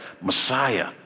Messiah